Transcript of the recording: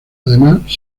además